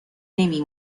نمی